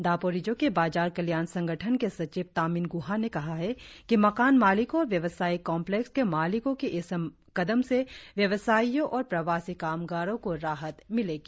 दापोरिजो के बाजार कल्याण संगठन के सचिव तामिन ग्हा ने कहा है कि मकान मालिकों और व्यवसायिक कांप्लेक्स के मालिकों के इस कदम से व्यवसायियों और प्रवासी कामगारों को राहत मिलेगी